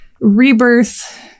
rebirth